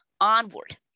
onward